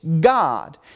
God